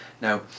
Now